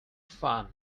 fun